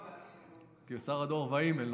שר הדואר והאימייל.